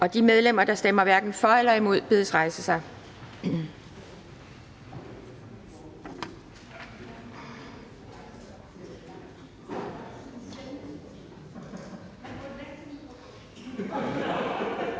De medlemmer, der stemmer hverken for eller imod, bedes rejse sig.